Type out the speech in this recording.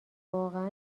واقعا